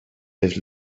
les